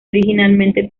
originalmente